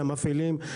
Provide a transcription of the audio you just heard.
למפעילים,